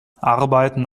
arbeiten